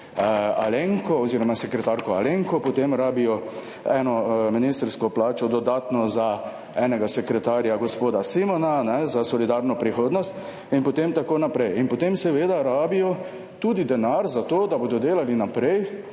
Alenko oziroma sekretarko Alenko, potem rabijo eno ministrsko plačo dodatno za enega sekretarja, gospoda Simona za solidarno prihodnost in potem tako naprej. Potem seveda rabijo tudi denar za to, da bodo delali naprej